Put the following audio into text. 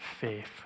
faith